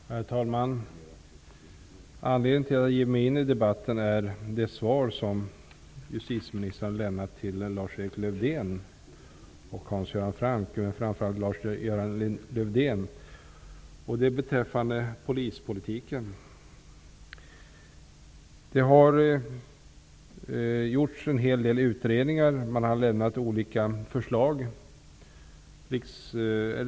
Herr talman! Anledningen till att jag ger mig in i debatten är det svar som justitieministern har lämnat till Lars-Erik Lövdén beträffande polispolitiken. Det har gjorts en hel del utredningar och man har lämnat olika förslag.